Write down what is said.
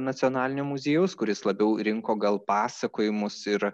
nacionalinio muziejaus kuris labiau rinko gal pasakojimus ir